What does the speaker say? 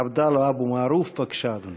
עבדאללה אבו מערוף, בבקשה, אדוני.